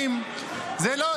גם להיות